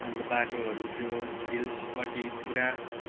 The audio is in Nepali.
अन्त बाटोहरू त्यो हिल्सपट्टि पुरा